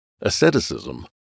Asceticism